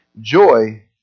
Joy